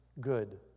good